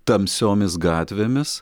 tamsiomis gatvėmis